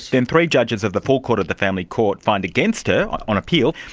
then three judges of the full court of the family court finds against her on appeal.